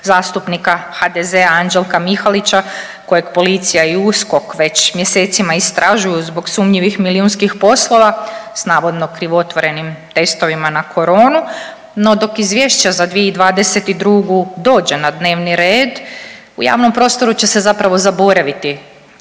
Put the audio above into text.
zastupnika HDZ-a Anđelka Mihalića kojeg policija i USKOK već mjesecima istražuju zbog sumnjivih milijunskih poslova s navodno krivotvorenim testovima na koronu, no dok izvješća za 2022. dođe na dnevni red u javnom prostoru će se zapravo zaboraviti